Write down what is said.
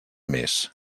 mes